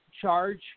charge